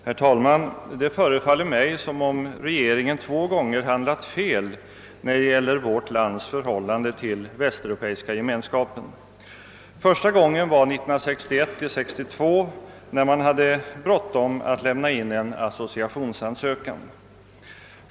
Herr talman! Det förefaller mig som om regeringen två gånger handlat fel när det gäller vårt lands förhållande till Västeuropeiska gemenskapen. Första gången var 1961—1962 när man hade så bråttom att lämna in en associationsansökan.